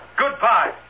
Goodbye